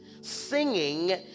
Singing